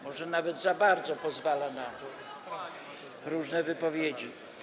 Może nawet za bardzo pozwala na różne wypowiedzi.